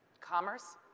commerce